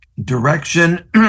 direction